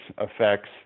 effects